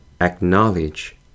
acknowledge